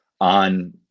on